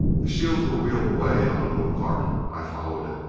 the shields were wheeled away on a little cart. i followed it.